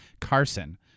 Carson